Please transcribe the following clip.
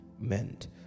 meant